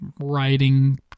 writing